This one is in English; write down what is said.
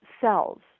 cells